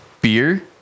beer